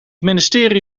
ministerie